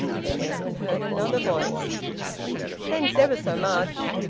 then edwin heard another voice thanks ever so much!